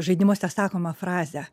žaidimuose sakomą frazę